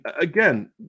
again –